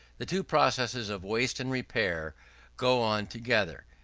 the two processes of waste and repair go on together.